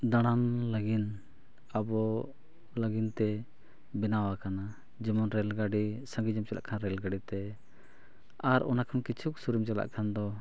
ᱫᱟᱬᱟᱱ ᱞᱟᱹᱜᱤᱫ ᱟᱵᱚ ᱞᱟᱹᱜᱤᱫ ᱛᱮ ᱵᱮᱱᱟᱣ ᱟᱠᱟᱱᱟ ᱡᱮᱢᱚᱱ ᱨᱮᱹᱞ ᱜᱟᱹᱰᱤ ᱥᱟᱺᱜᱤᱧ ᱧᱚᱜ ᱮᱢ ᱪᱟᱞᱟᱜ ᱠᱷᱟᱱ ᱨᱮᱹᱞ ᱜᱟᱹᱰᱤᱛᱮ ᱟᱨ ᱚᱱᱟ ᱠᱷᱚᱱ ᱠᱤᱪᱷᱩ ᱥᱩᱨ ᱮᱢ ᱪᱟᱞᱟᱜ ᱠᱷᱟᱱ ᱫᱚ